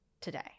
today